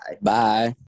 Bye